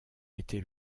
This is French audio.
été